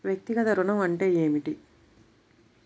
వ్యక్తిగత ఋణం అంటే ఏమిటి?